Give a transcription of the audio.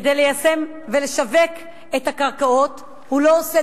כדי ליישם ולשווק את הקרקעות הוא לא עושה